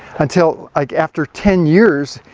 until like after ten years,